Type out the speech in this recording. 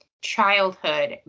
childhood